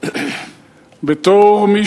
בתור מי